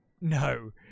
No